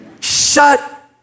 Shut